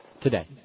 Today